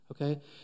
Okay